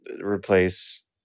replace